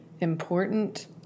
important